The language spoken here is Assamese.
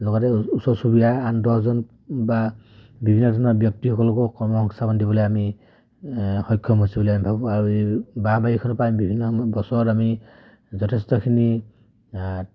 লগতে ওচৰ চুবুৰীয়া আন দহজন বা বিভিন্ন ধৰণৰ ব্যক্তিসকলকো কৰ্ম সংস্থাপন দিবলৈ আমি সক্ষম হৈছো বুলি আমি ভাবোঁ আৰু বাঁহ বাৰীখন পাই আমি বিভিন্ন বছৰত আমি যথেষ্টখিনি